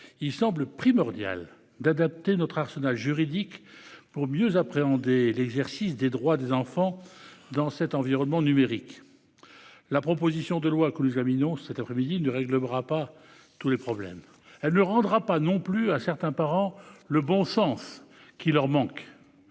il semble primordial d'adapter notre arsenal juridique pour mieux appréhender l'exercice des droits des enfants dans cet environnement numérique. La proposition de loi que nous examinons cet après-midi ne réglera pas tous les problèmes. Elle ne rendra pas non plus à certains parents le bon sens qui leur manque,